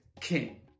king